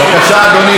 בבקשה, אדוני.